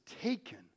taken